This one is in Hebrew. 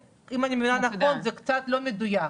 זה קצת לא מדויק,